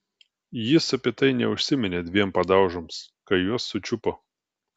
jis apie tai neužsiminė dviem padaužoms kai juos sučiupo